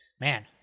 man